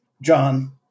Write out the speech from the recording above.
John